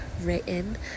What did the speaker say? written